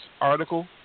article